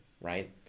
right